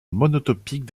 monotypique